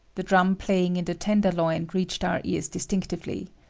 the drum playing in the tenderloin reached our ears distinctively.